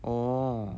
oh